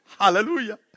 Hallelujah